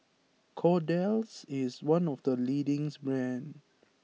Kordel's is one of the leading brands